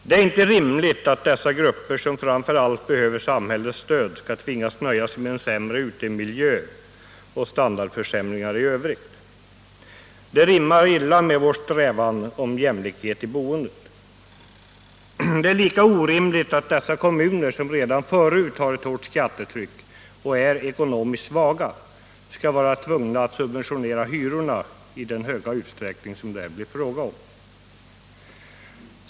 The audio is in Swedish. Det är inte rimligt att dessa grupper, som framför allt behöver samhällets stöd, skall tvingas nöja sig med en sämre utemiljö och standardförsämringar i övrigt. Det rimmar illa med vår strävan att åstadkomma jämlikhet i boendet. Det är lika orimligt att vissa kommuner, som redan förut har ett hårt skattetryck och är ekonomiskt svaga, skall vara tvungna att subventionera hyrorna i den höga utsträckning som det här blir fråga om.